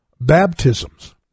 Baptisms